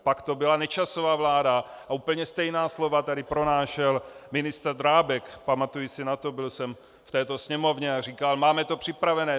Pak to byla Nečasova vláda a úplně stejná slova tady pronášel ministr Drábek, pamatuji si na to, byl jsem v této Sněmovně, a říkal: Máme to připravené.